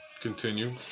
continue